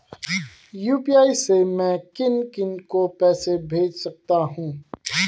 UPI से मैं किन किन को पैसे भेज सकता हूँ?